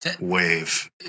Wave